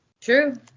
true